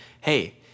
hey